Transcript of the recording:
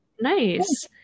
Nice